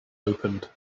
opened